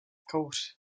kouř